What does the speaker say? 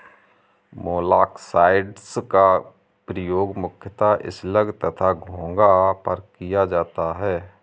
मोलॉक्साइड्स का प्रयोग मुख्यतः स्लग तथा घोंघा पर किया जाता है